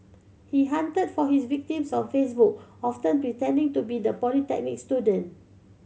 he hunted for his victims on Facebook often pretending to be the polytechnic student